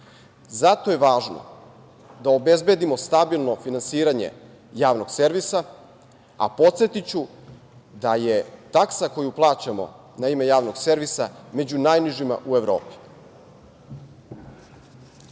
Zato je važno da obezbedimo stabilno finansiranje javnog servisa, a podsetiću da je taksa koju plaćamo na ime javnog servisa među najnižima u Evropi.Za